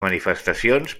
manifestacions